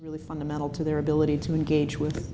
really fundamental to their ability to engage with